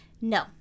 No